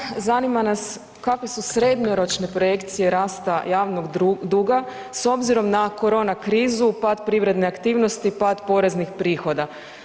Prije svega zanima nas kakve su srednjoročne projekcije rasta javnog duga s obzirom na korona krizu, pad privredne aktivnosti, pad poreznih prihoda.